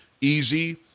easy